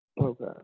Okay